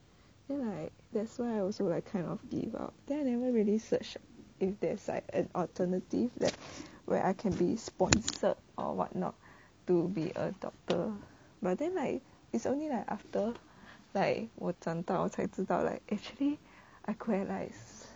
then like that's why I also like kind of give up then I never really search if there's like an alternative that's where I can be sponsored or what not to be a doctor but then like it's only like after like 我长大了我才知道 like actually I could have like